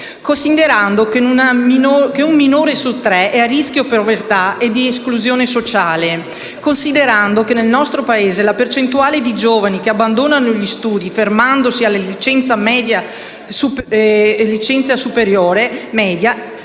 considerando che un minore su tre è a rischio povertà e di esclusione sociale; considerando che nel nostro Paese la percentuale di giovani che abbandonano gli studi fermandosi alla licenza media